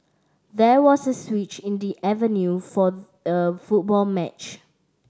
there was a switch in the avenue for the football match